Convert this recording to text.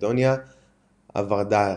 ומקדוניה הווארדארית.